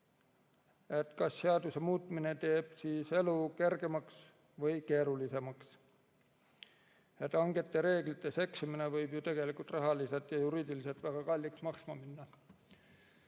kas seaduse muutmine teeb elu kergemaks või keerulisemaks. Hangete reeglites eksimine võib ju tegelikult rahaliselt ja juriidiliselt väga kalliks maksma minna.